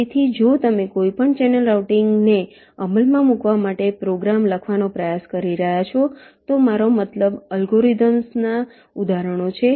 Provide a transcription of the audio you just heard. તેથી જો તમે કોઈપણ ચેનલ રાઉટિંગને અમલમાં મૂકવા માટે પ્રોગ્રામ લખવાનો પ્રયાસ કરી રહ્યાં છો તો મારો મતલબ એલ્ગોરિધમ્સના ઉદાહરણો છે